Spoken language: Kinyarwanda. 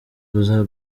buza